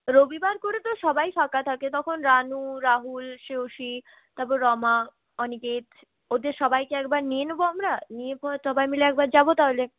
রবিবার করে তো সবাই ফাঁকা থাকে তখন রানু রাহুল শ্রেয়সী তারপর রমা অনিকেত ওদের সবাইকে একবার নিয়ে নেবো আমরা নিয়ে পর সবাই মিলে একবার যাব তাহলে